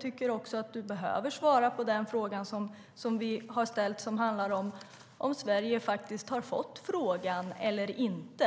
Du behöver också svara på den fråga som vi har ställt om ifall Sverige har fått frågan eller inte